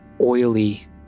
oily